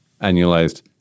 annualized